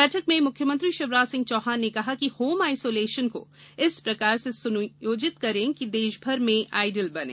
बैठक में मुख्यमंत्री शिवराज सिंह चौहान ने कहा कि होम आइसोलेसन को इस प्रकार से सुनियोजित करें कि देश भर में आइडियल बने